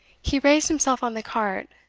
he raised himself on the cart,